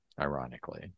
ironically